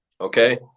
Okay